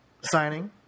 signing